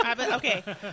Okay